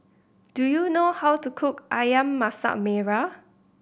do you know how to cook Ayam Masak Merah